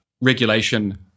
regulation